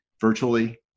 virtually